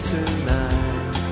Tonight